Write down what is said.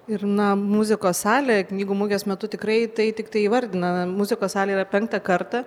ir na muzikos salė knygų mugės metu tikrai tai tiktai įvardina muzikos salė yra penktą kartą